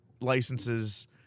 licenses